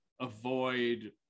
avoid